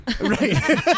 Right